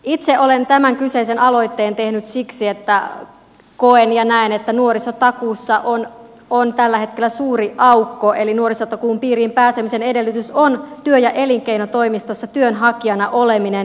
itse olen tämän kyseisen aloitteen tehnyt siksi että koen ja näen että nuorisotakuussa on tällä hetkellä suuri aukko eli nuorisotakuun piiriin pääsemisen edellytys on työ ja elinkeinotoimistossa työnhakijana oleminen